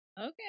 Okay